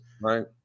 Right